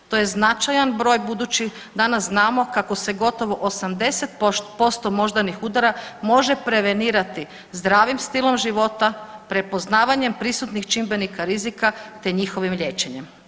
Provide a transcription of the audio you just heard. To je značajan broj budući danas znamo kako se gotovo 80% moždanih udara može prevenirati zdravim stilom života, prepoznavanjem prisutnih čimbenika rizika, te njihovim liječenjem.